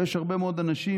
ויש הרבה מאוד אנשים,